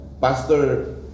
Pastor